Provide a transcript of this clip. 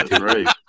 right